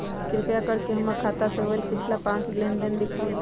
कृपा कर के हमर खाता से होयल पिछला पांच लेनदेन दिखाउ